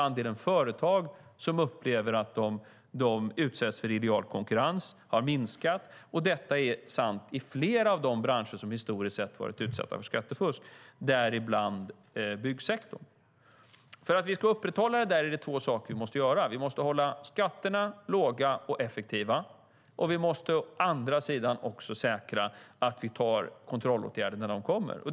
Andelen företag som utsätts för illojal konkurrens har minskat, och det gäller flera av de branscher som historiskt sett har varit utsatta för skattefusk, däribland byggsektorn. För att vi ska upprätthålla detta måste vi hålla skatterna låga och effektiva, och vi måste säkra att vi inför kontrollåtgärder där de behövs.